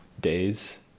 days